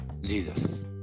Jesus